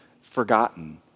forgotten